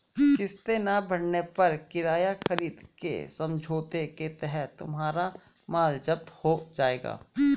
किस्तें ना भरने पर किराया खरीद के समझौते के तहत तुम्हारा माल जप्त हो जाएगा